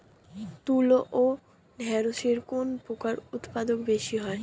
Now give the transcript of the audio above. তুলো ও ঢেঁড়সে কোন পোকার উপদ্রব বেশি হয়?